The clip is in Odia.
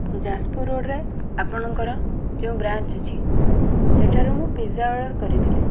ଯାଜପୁର ରୋଡ଼୍ରେ ଆପଣଙ୍କର ଯେଉଁ ବ୍ରାଞ୍ଚ୍ ଅଛି ସେଠାରୁ ମୁଁ ଗୋଟିଏ ପିଜ୍ଜା ଅର୍ଡ଼ର୍ କରିଥିଲି